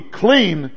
clean